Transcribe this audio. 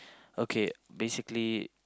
okay basically